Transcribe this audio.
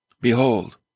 Behold